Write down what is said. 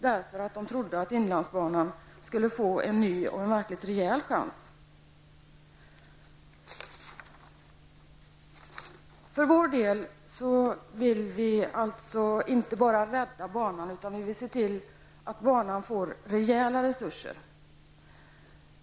Därför trodde kommunerna att inlandsbanan skulle få en ny och rejäl chans. Vi i vänsterpartiet vill inte bara rädda banan, vi vill se till att banan får rejäla resurser.